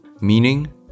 Meaning